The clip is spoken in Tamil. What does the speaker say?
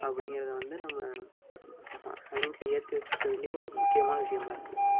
அப்படிங்குறத வந்து நம்ம மைண்டில் ஏற்றி வச்சுக்க வேண்டிய ஒரு முக்கியமான விஷயமாருக்கு